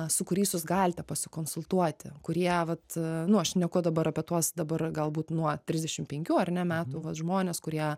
su kuriais jūs galite pasikonsultuoti kurie vat nu aš šneku dabar apie tuos dabar galbūt nuo trisdešim penkių ar ne metų vat žmones kurie